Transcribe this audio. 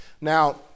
Now